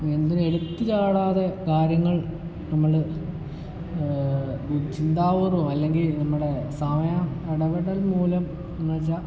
എന്തിലും എടുത്ത് ചാടാതെ കാര്യങ്ങൾ നമ്മൾ ചിന്താപൂർവ്വമോ അല്ലെങ്കിൽ നമ്മുടെ സമയം ഇടപെടൽ മൂലം എന്ന് വെച്ചാൽ